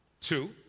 two